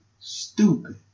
Stupid